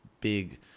big